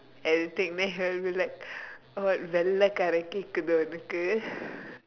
anything then he will be like what வெள்ளைக்காரன்:vellaikkaaran கேக்குதா:keekkuthaa உனக்கு:unakku